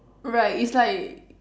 right it's like